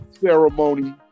Ceremony